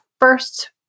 first